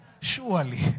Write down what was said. Surely